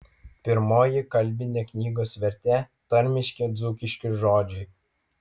pirmoji kalbinė knygos vertė tarmiški dzūkiški žodžiai